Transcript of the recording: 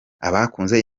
abakunze